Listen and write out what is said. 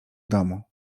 domu